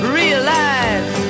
realize